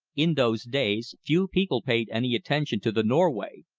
in those days few people paid any attention to the norway,